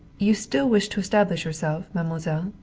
you still wish to establish yourself, mademoiselle?